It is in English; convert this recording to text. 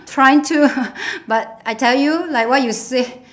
trying to ah but I tell you like what you said